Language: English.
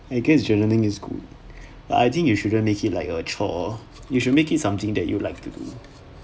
I guess journaling is good but I think you shouldn't make it like a chore you should make it something you like to do